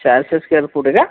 चारशे square foot आहे का